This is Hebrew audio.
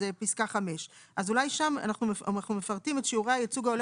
בפסקה 5. שם אנחנו מפרטים את שיעורי הייצוג ההולם